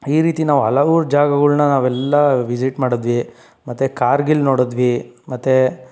ಈ ರೀತಿ ನಾವು ಹಲವು ಜಾಗಗಳನ್ನ ನಾವು ಎಲ್ಲ ವಿಸಿಟ್ ಮಾಡಿದ್ವಿ ಮತ್ತೆ ಕಾರ್ಗಿಲ್ ನೋಡಿದ್ವಿ ಮತ್ತೇ